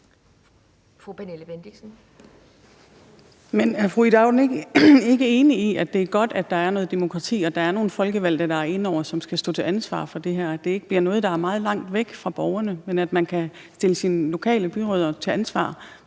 Pernille Bendixen (DF): Men er fru Ida Auken ikke enig i, at det er godt, at der er noget demokrati, og at der er nogle folkevalgte inde over, som skal stå til ansvar for det her, så det ikke bliver noget, der er meget langt væk fra borgerne, men så man kan stille sine lokale byrødder til ansvar